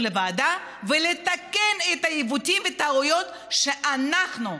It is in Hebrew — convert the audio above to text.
לוועדה ולתקן את העיוותים והטעויות שאנחנו,